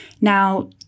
Now